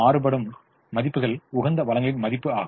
மாறுபடும் மதிப்புகள் உகந்த வளங்களின் மதிப்பு ஆகும்